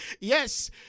Yes